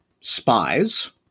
spies